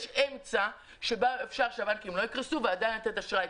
יש אמצע שבו אפשר שהבנקים לא יקרסו ועדיין לתת אשראי.